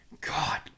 God